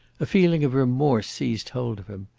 a feeling of remorse seized hold of him.